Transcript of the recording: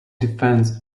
defends